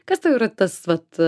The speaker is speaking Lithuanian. kas tau yra tas vat